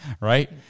Right